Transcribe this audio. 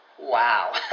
Wow